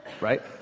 right